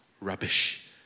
rubbish